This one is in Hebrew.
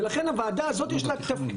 ולכן הוועדה הזאת יש לה תפקיד,